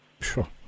Sure